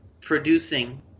producing